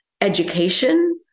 education